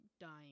dying